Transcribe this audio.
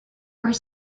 are